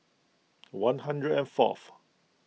one hundred and fourth